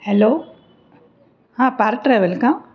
hello हां Parth travel का